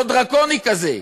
לא דרקוני כזה,